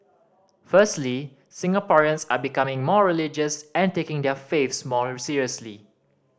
firstly Singaporeans are becoming more religious and taking their faiths more seriously